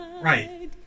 Right